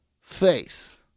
face